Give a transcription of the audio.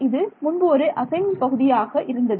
இது முன்பு ஒரு அசைன்மென்ட் பகுதியாக இருந்தது